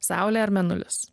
saulė ar mėnulis